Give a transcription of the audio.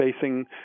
facing